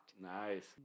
Nice